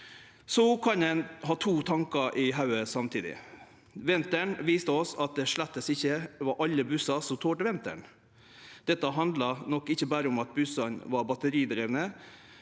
Så kan ein ha to tankar i hovudet samtidig. Vinteren viste oss at slett ikkje alle bussar tolte vinteren. Dette handlar nok ikkje berre om at bussane var batteridrivne